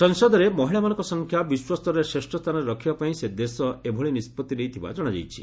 ସଂସଦରେ ମହିଳାମାନଙ୍କ ସଂଖ୍ୟା ବିଶ୍ୱସ୍ତରରେ ଶ୍ରେଷ୍ଠ ସ୍ଥାନରେ ରଖିବା ପାଇଁ ସେ ଦେଶ ଏଭଳି ନିଷ୍କଭି ନେଇଥିବା କ୍କଶାଯାଇଛି